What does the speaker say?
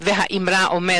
והיא: